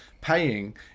paying